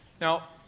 Now